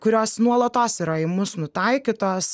kurios nuolatos yra į mus nutaikytos